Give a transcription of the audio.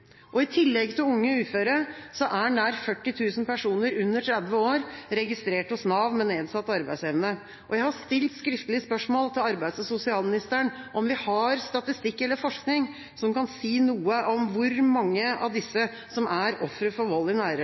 I tillegg til unge uføre er nær 40 000 personer under 30 år registrert hos Nav med nedsatt arbeidsevne. Jeg har stilt skriftlig spørsmål til arbeids- og sosialministeren om vi har statistikk eller forskning som kan si noe om hvor mange av disse som er ofre for vold i nære